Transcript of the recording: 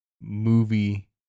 movie